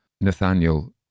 Nathaniel